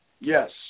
Yes